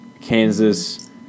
Kansas